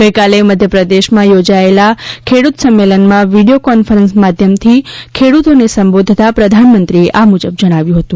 ગઇકાલે મધ્યપ્રદેશમાં યોજાયેલા ખેડૂત સંમેલનમાં વીડિથો કોન્ફરન્સીંગ માધ્યમથી ખેડૂતોને સંબોધતાં પ્રધાનમંત્રીએ આ મુજબ જણાવ્યું હતું